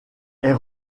est